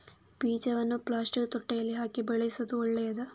ಬೀಜವನ್ನು ಪ್ಲಾಸ್ಟಿಕ್ ತೊಟ್ಟೆಯಲ್ಲಿ ಹಾಕಿ ಬೆಳೆಸುವುದು ಒಳ್ಳೆಯದಾ?